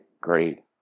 great